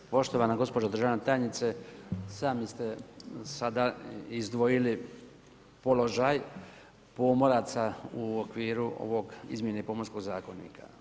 Poštovana gospođo državna tajnice, sami ste sada izdvojili položaj pomoraca u okviru izmjene Pomorskog zakonika.